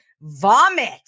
vomit